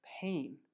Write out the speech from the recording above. pain